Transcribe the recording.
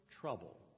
trouble